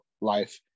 life